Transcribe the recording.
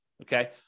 Okay